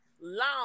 long